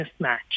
mismatch